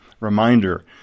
Reminder